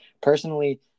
Personally